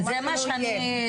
או מה שלא יהיה,